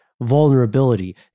vulnerability